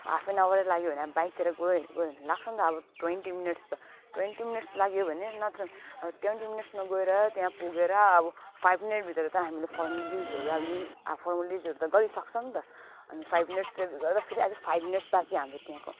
half an आवरै लाग्यो भने अब बाइकतिर गयो भने गयो भने लाग्छ नि त अब ट्वेन्टी मिनट्स त ट्वेन्टी मिनट्स लाग्यो भने नत्र ट्वेन्टी मिनट्समा गएर त्यहाँ पुगेर अब फाइभ मिनटभित्र त हामीले फोर्मलिटिसहरू भए पनि अब फोर्मलिटिसहरू त गरिसक्छ नि त अनि फाइभ मिनट्स त ज्यादा से ज्यादा फाइभ मिनट्स बाद चाहिँ हाम्रो त्यहाँको